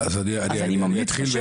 אז אני ממליץ --- אז אני אתחיל מאיפה